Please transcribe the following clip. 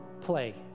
play